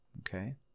Okay